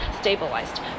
stabilized